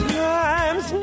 times